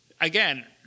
again